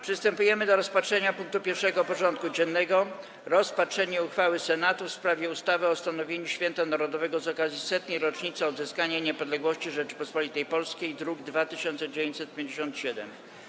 Przystępujemy do rozpatrzenia punktu 1. porządku dziennego: Rozpatrzenie uchwały Senatu w sprawie ustawy o ustanowieniu Święta Narodowego z okazji Setnej Rocznicy Odzyskania Niepodległości Rzeczypospolitej Polskiej (druk nr 2957)